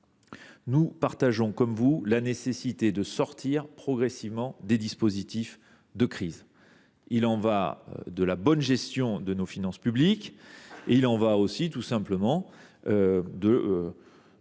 Nous partageons la nécessité de sortir progressivement des dispositifs de crise. Il y va de la bonne gestion de nos finances publiques et, tout simplement, de